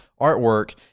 artwork